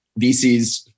VCs